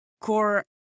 core